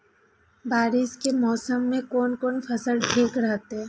बारिश के मौसम में कोन कोन फसल ठीक रहते?